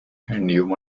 human